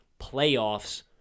playoffs